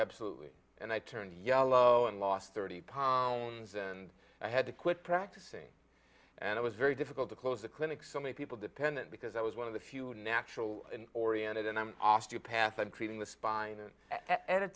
absolutely and i turned yellow and lost thirty pounds and i had to quit practicing and it was very difficult to close the clinic so many people dependent because i was one of the few natural oriented and i'm osteopath and treating the spine a